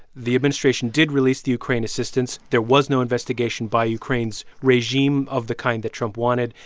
the administration did release the ukraine assistance. there was no investigation by ukraine's regime of the kind that trump wanted.